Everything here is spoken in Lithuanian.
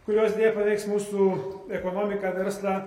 kurios deja paveiks mūsų ekonomiką verslą